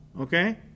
okay